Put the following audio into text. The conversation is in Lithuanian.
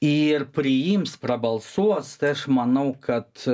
ir priims prabalsuos tai aš manau kad